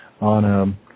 on